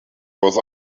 was